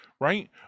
Right